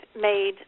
made